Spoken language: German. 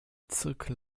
zirkel